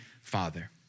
Father